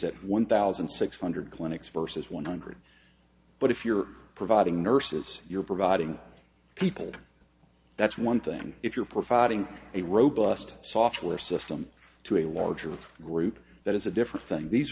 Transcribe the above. at one thousand six hundred clinics versus one hundred but if you're providing nurses you're providing people that's one thing and if you're providing a robust software system to a larger group that is a different thing these